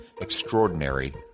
extraordinary